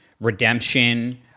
redemption